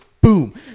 boom